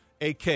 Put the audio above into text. AK